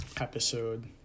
episode